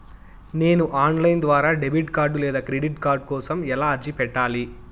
నేను online ద్వారా debit card లేదా క్రెడిట్ కార్డు కోసం ఎలా అర్జీ పెట్టాలి?